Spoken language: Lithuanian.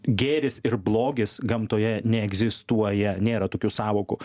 gėris ir blogis gamtoje neegzistuoja nėra tokių sąvokų